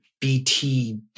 BT